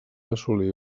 assolir